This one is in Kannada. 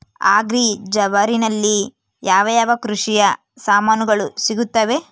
ಅಗ್ರಿ ಬಜಾರಿನಲ್ಲಿ ಯಾವ ಯಾವ ಕೃಷಿಯ ಸಾಮಾನುಗಳು ಸಿಗುತ್ತವೆ?